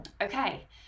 Okay